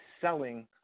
selling